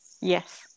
Yes